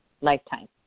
lifetime